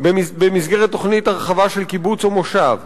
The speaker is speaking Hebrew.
במסגרת תוכנית הרחבה של קיבוץ או מושב,